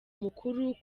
mukuru